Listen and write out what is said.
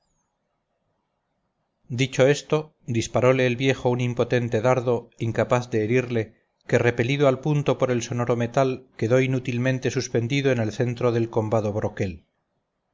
dicho esto disparole el viejo un impotente dardo incapaz de herirle que repelido al punto por el sonoro metal quedó inútilmente suspendido en el centro del combado broquel